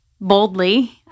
boldly